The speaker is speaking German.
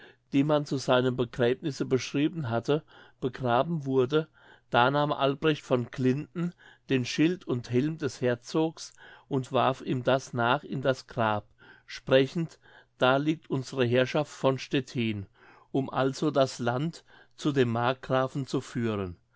die man zu seinem begräbnisse beschrieben hatte begraben wurde da nahm albrecht von glinden den schild und helm des herzogs und warf ihm das nach in das grab sprechend da liegt unsere herrschaft von stettin um also das land zu dem markgrafen zu führen